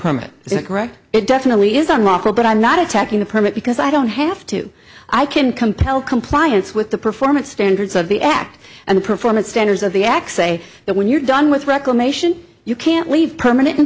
correct it definitely is unlawful but i'm not attacking the permit because i don't have to i can compel compliance with the performance standards of the act and the performance standards of the x a that when you're done with reclamation you can't leave permanent